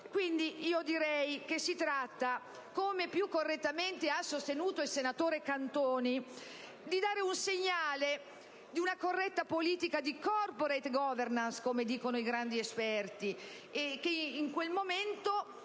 Quindi, si tratta - come più correttamente ha sostenuto il senatore Cantoni - di dare un segnale di una corretta politica di *corporate governance* - come dicono i grandi esperti - nei confronti